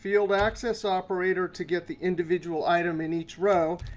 field access operator to get the individual item in each row.